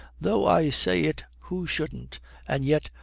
though i say it who shouldn't and yet,